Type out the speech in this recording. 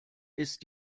ist